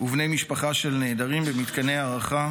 ובני משפחה של נעדרים במתקני הארחה,